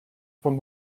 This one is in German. von